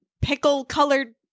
pickle-colored